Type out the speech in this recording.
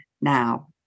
Now